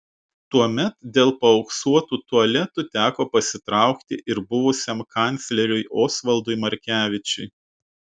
tuomet dėl paauksuotų tualetų teko pasitraukti ir buvusiam kancleriui osvaldui markevičiui